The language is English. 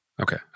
Okay